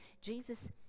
Jesus